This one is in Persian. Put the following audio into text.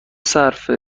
صرف